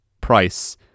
price